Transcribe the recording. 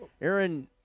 Aaron